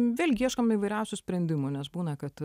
vėlgi ieškom įvairiausių sprendimų nes būna kad